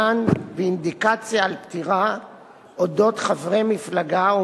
מען ואינדיקציה על פטירה על אודות חברי מפלגה או